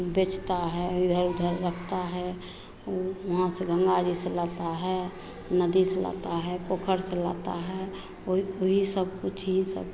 बेचता है इधर उधर रखता है ऊ वहाँ से गंगा जी लाता है नदी से लाता है पोखर से लाता है वही वही सबकुछ ही सब